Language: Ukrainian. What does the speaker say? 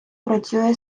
працює